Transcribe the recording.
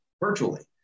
virtually